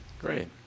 Great